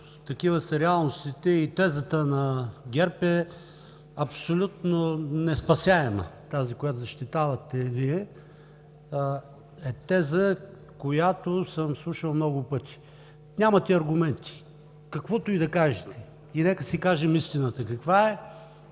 Такива са реалностите и тезата на ГЕРБ е абсолютно неспасяема – тази, която защитавате Вие. Теза, която съм слушал много пъти. Нямате аргументи. Каквото и да кажете и нека да си кажем истината – в